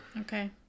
okay